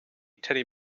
teddy